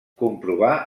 comprovar